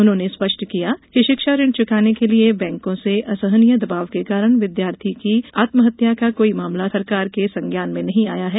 उन्होंने स्पष्ट किया कि शिक्षा ऋण चुकाने के लिए बैंकों से असहनीय दबाब के कारण विद्यार्थी की आत्महत्या का कोई मामला सरकार के संज्ञान में नहीं आया है